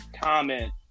comment